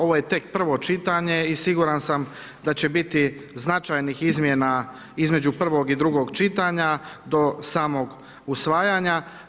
Ovo je tek prvo čitanje i siguran sam da će biti značajnih izmjena između prvog i drugog čitanja do samog usvajanja.